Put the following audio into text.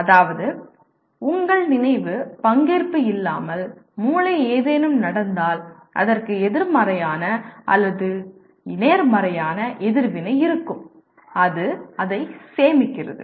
அதாவது உங்கள் நினைவு பங்கேற்பு இல்லாமல் மூளை ஏதேனும் நடந்தால் அதற்கு எதிர்மறையான அல்லது நேர்மறையான எதிர்வினை இருக்கும் அது அதை சேமிக்கிறது